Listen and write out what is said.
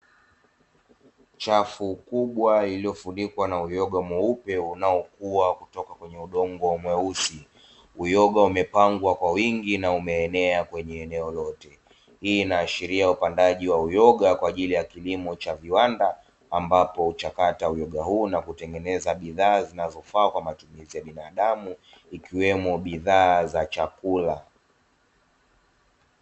Chafu kubwa iliyofunikwa na uyoga mweupe unaokua kutoka kwenye udongo mweusi, uyoga umepangwa kwa wingi na umeenea kwenye eneo lote, hii inaashiria upandaji wa uyoga kwa ajili ya kilimo cha viwanda, ambapo uchakata uyoga huu na kutengeneza bidhaa zinazofaa kwa matumizi ya binadamu ikiwemo bidhaa za chakula.